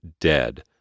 dead